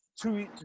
two